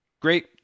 Great